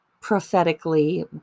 prophetically